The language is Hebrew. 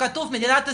שכתוב מדינת ישראל,